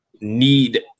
need